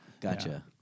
Gotcha